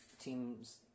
teams